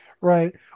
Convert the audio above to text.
Right